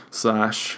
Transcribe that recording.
slash